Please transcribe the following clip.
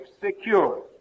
secure